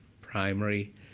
Primary